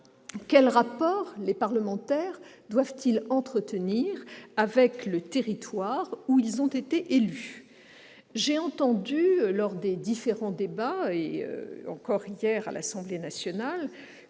quel rapport les parlementaires doivent-ils entretenir avec le territoire où ils ont été élus ? J'ai entendu lors des différents débats, et encore hier à l'Assemblée nationale,